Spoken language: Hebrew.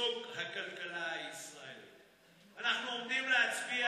ומכאן אנחנו עוברים לדיון עצמו,